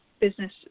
business